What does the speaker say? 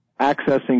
accessing